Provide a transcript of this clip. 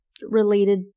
related